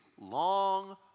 long